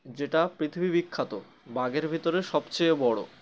যেটা পৃথিবী বিখ্যাত বাঘের ভিতরে সবচেয়ে বড়